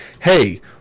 hey